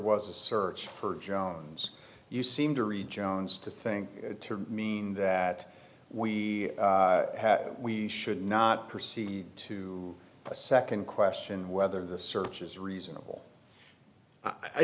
was a search per jones you seem to read john's to think to mean that we have we should not proceed to a second question whether the search is reasonable i